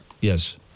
Yes